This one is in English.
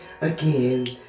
again